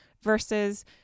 versus